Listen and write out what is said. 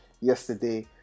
yesterday